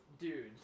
dude